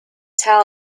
tell